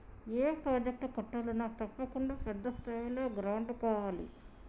ఏ project కట్టాలన్నా తప్పకుండా పెద్ద స్థాయిలో గ్రాంటు కావాలి